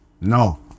no